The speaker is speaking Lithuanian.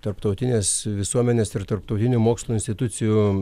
tarptautinės visuomenės ir tarptautinių mokslo institucijų